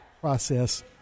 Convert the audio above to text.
process